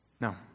No